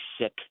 sick